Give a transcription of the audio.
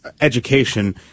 education